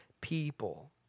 people